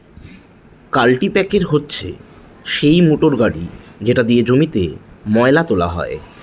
কাল্টিপ্যাকের হচ্ছে সেই মোটর গাড়ি যেটা দিয়ে জমিতে ময়লা তোলা হয়